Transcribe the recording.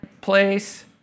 place